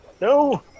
No